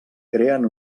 creen